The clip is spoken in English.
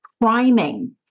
priming